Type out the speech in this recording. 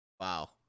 Wow